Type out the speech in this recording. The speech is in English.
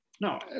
no